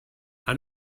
and